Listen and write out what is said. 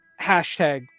hashtag